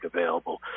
available